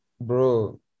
Bro